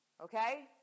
okay